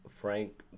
Frank